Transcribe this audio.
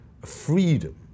freedom